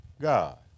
God